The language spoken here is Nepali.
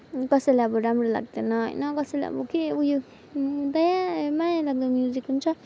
कसैलाई अब राम्रो लाग्दैन होइन कसैलाई अब के उयो दया माया गर्ने म्युजिक हुन्छ